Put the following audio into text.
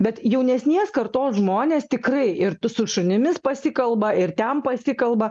bet jaunesnės kartos žmonės tikrai ir tu su šunimis pasikalba ir ten pasikalba